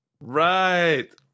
right